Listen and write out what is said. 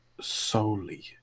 solely